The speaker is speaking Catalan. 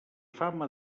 fama